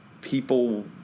people